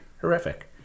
horrific